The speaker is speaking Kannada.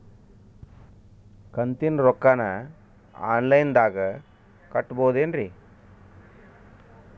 ಕಂತಿನ ರೊಕ್ಕನ ಆನ್ಲೈನ್ ದಾಗ ಕಟ್ಟಬಹುದೇನ್ರಿ?